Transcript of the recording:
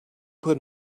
put